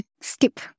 Skip